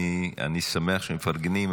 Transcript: אני שמח שמפרגנים,